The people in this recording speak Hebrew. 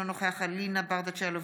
אינו נוכח אלינה ברדץ' יאלוב,